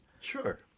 Sure